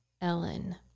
Ellen